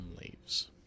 leaves